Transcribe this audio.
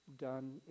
done